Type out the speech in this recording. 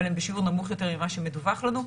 אבל הן בשיעור נמוך יותר ממה שמדווח לנו.